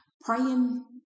praying